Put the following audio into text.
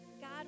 God